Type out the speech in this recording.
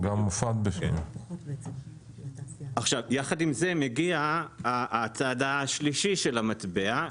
יחד עם זה מגיע הצד השלישי של המטבע,